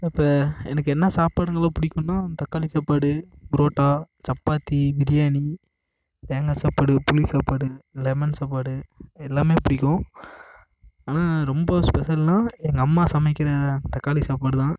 இப்போ எனக்கு என்ன சாப்பாடு நல்லா பிடிக்குன்னா தக்காளி சாப்பாடு பரோட்டா சப்பாத்தி பிரியாணி தேங்காய் சாப்பாடு புளி சாப்பாடு லெமன் சாப்பாடு எல்லாமே பிடிக்கும் ஆனால் ரொம்ப ஸ்பெஷல்னா எங்கள் அம்மா சமைக்கிற தக்காளி சாப்பாடு தான்